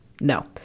no